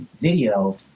video